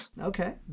Okay